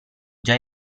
già